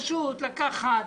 פשוט לקחת.